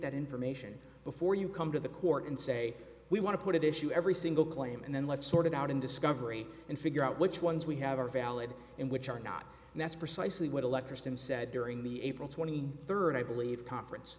information before you come to the court and say we want to put it into every single claim and then let's sort it out in discovery and figure out which ones we have are valid in which are not and that's precisely what electricity was said during the april twenty third i believe conference